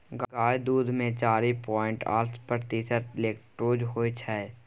गाय दुध मे चारि पांइट आठ प्रतिशत लेक्टोज होइ छै